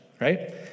right